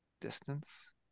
distance